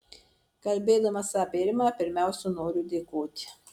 kalbėdamas apie rimą pirmiausia noriu dėkoti